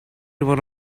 one